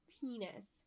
penis